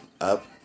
up